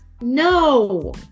no